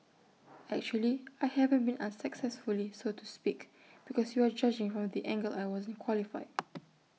actually I haven't been unsuccessfully so to speak because you are judging from the angle I wasn't qualified